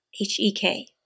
H-E-K